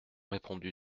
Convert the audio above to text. répondu